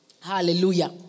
hallelujah